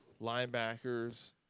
linebackers